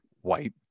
white